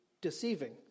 deceiving